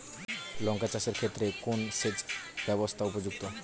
লঙ্কা চাষের ক্ষেত্রে কোন সেচব্যবস্থা উপযুক্ত?